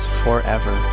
forever